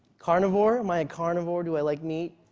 carnivore. am i a carnivore? do i like meat?